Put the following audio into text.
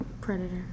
Predator